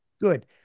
good